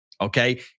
Okay